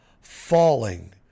falling